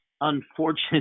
unfortunate